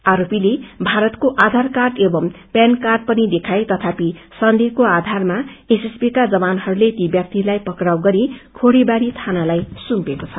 आरोपीहरूले भारतको आधार कार्ड एंव PAN card पनि देखाए तथापि सन्देहको आधारमा एसएसबी का जवानहरूले ती व्यक्तिहरूलाई पक्राउ गरी खोरीबाड़ी थानालाई सुम्पिएको छ